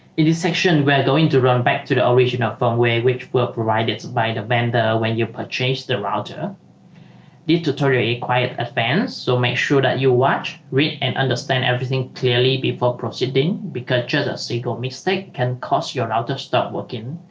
in this section we are going to run back to the original firmware which were provided by the vendor when you purchase the router these two tolerate quite advanced so make sure that you watch read and understand everything clearly before proceeding because jesus ego mistake can cost you're out of stop working